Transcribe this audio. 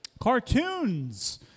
cartoons